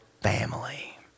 family